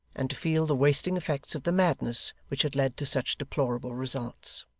and to feel the wasting effects of the madness which had led to such deplorable results.